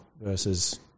versus